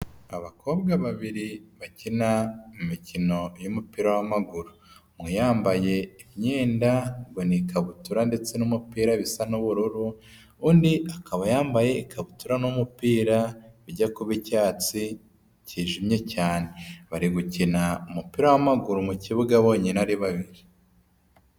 Abakobwa babiri bakina imikino y'umupira w'amaguru. Umwe yambaye imyenda, ubwo ni ikabutura ndetse n'umupira bisa n'ubururu, undi akaba yambaye ikabutura n'umupira bijya kuba icyatsi kijimye cyane. Bari gukina umupira w'amaguru mu kibuga bonyine ari babiri.